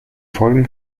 folgen